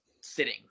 sitting